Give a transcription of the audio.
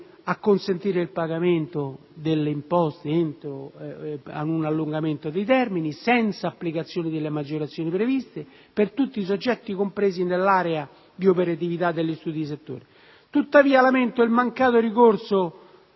di consentire il pagamento delle imposte con un allungamento dei termini, senza l'applicazione delle maggiorazioni previste per tutti i soggetti ricompresi nell'area di operatività degli studi di settore. Tuttavia, lamento il mancato ricorso,